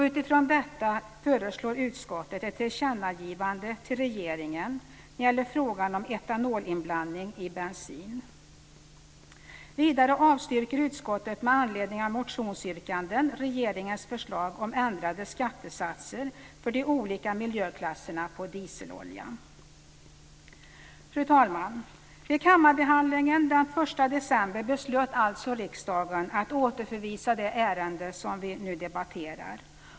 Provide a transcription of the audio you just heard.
Utifrån detta föreslår utskottet ett tillkännagivande till regeringen när det gäller frågan om etanolinblandning i bensin. Vidare avstyrker utskottet med anledning av motionsyrkanden regeringens förslag om ändrade skattesatser för de olika miljöklasserna på dieselolja. Fru talman! Vid kammarbehandlingen den 1 december beslutade alltså riksdagen att återförvisa det ärende som vi nu debatterar.